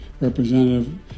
Representative